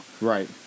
Right